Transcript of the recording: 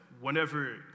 whenever